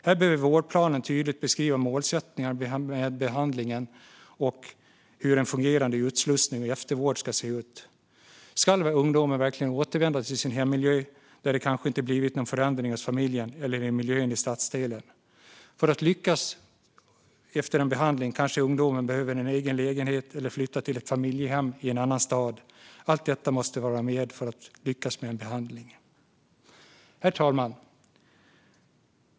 Här behöver vårdplanen tydligt beskriva målsättningar med behandlingen och hur en fungerande utslussning och eftervård ska se ut. Ska ungdomen verkligen återvända till sin hemmiljö? Det kanske inte har blivit någon förändring hos familjen eller i miljön i stadsdelen. För att lyckas efter en behandling kanske ungdomen behöver en egen lägenhet eller flytta till ett familjehem i en annan stad. Allt detta måste vara med för att en behandling ska lyckas. Herr talman!